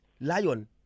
lion